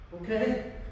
Okay